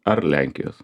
ar lenkijos